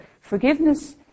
forgiveness